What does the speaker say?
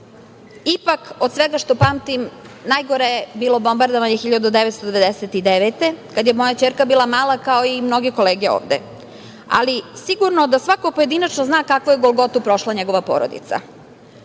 nepar. Ipak, od svega što pamtim, najgore je bilo bombardovanje 1999. godine, kada je moja ćerka bila mala, kao i mnoge kolege ovde, ali sigurno da svako pojedinačno zna kakvu je golgotu prošla njegova porodica.